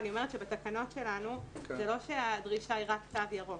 אני אומרת שבתקנות שלנו זה לא שהדרישה היא רק תו ירוק,